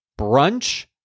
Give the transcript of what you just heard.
brunch